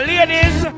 Ladies